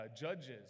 judges